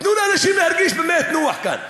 תנו לאנשים להרגיש באמת נוח כאן.